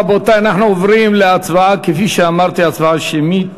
רבותי, כפי שאמרתי, אנחנו עוברים להצבעה שמית.